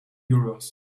euros